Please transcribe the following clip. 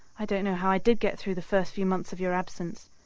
i don't know how i did get through the first few months of your absence.